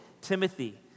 Timothy